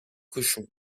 cochons